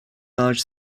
large